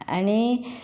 आनी